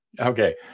Okay